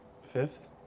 fifth